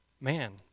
man